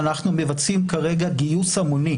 אנחנו מבצעים כרגע גיוס המוני